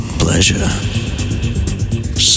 pleasure